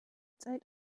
zeit